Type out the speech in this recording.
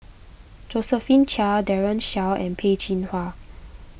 Josephine Chia Daren Shiau and Peh Chin Hua